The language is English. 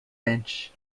bench